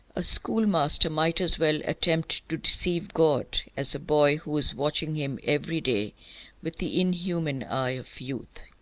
a schoolmaster might as well attempt to deceive god as a boy who is watching him every day with the inhuman eye of youth.